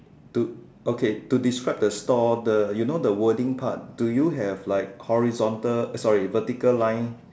to okay to describe the store the you know the wording part do you have like horizontal sorry vertical line